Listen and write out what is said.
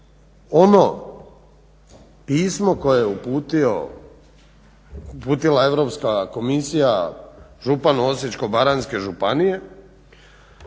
ono pismo koje je uputila Europska komisija županu Osječko-baranjske županije.